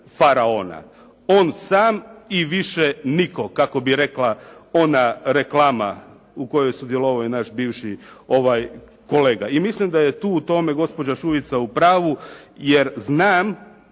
faraona. On sam i više nitko kako bi rekla ona reklama u kojoj je sudjelovao i naš bivši kolega i mislim da je tu u tome gospođa Šuica u pravu, jer znam